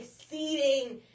exceeding